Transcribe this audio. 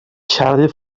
charlie